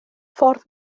ffordd